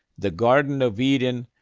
the garden of eden,